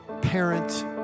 parent